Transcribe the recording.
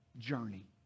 journey